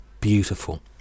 beautiful